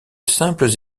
simples